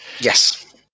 Yes